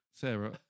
Sarah